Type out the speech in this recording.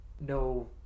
no